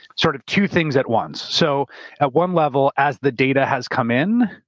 sort of two things at once. so at one level, as the data has come in,